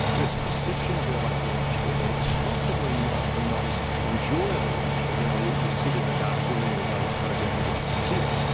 there's a perception of the ah it industry that it's possibly not the most enjoyable industry, you know you you sit in a dark room all day programming at your computer.